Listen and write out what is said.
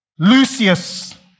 Lucius